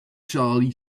shall